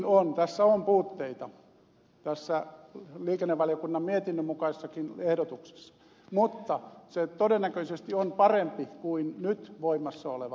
tässä on puutteita tässä liikenne ja viestintävaliokunnan mietinnön mukaisessakin ehdotuksessa mutta se todennäköisesti on parempi kuin nyt voimassa oleva